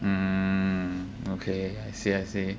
mm okay I see I see